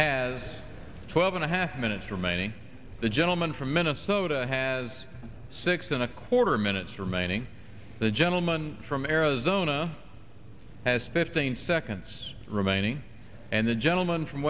has twelve and a half minutes remaining the gentleman from minnesota has six and a quarter minutes remaining the gentleman from arizona has fifteen seconds remaining and the gentleman from